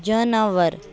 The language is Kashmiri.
جاناوَر